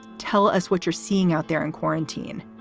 tell us what you're seeing out there in quarantine.